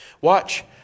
Watch